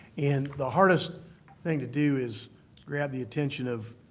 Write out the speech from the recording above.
and the hardest thing to do is grab the attention of